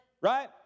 right